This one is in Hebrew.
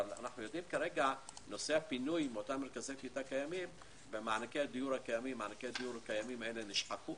נושא הפינוי מאותם מרכזי קליטה קיימים ומענקי הדיור הקיימים נשחקו